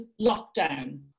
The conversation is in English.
lockdown